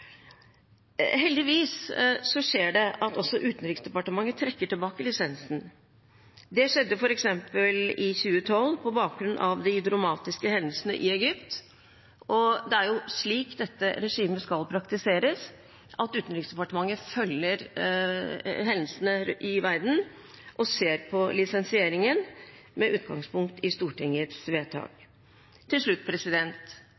Heldigvis skjer det at også Utenriksdepartementet trekker tilbake lisenser. Det skjedde f.eks. i 2012, på bakgrunn av de dramatiske hendelsene i Egypt, og det er jo slik dette regimet skal praktiseres, at Utenriksdepartementet følger hendelsene i verden og ser på lisensieringen med utgangspunkt i Stortingets vedtak. La meg til slutt